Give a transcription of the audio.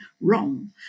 wrong